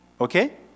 okay